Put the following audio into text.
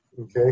okay